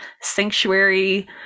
sanctuary